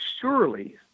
surely